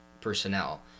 personnel